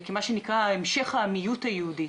מה שנקרא המשך העמיות היהודית.